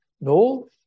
No